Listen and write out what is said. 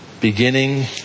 beginning